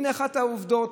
והינה אחת העובדות,